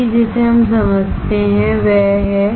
अभी जिसे हम समझते हैं वह है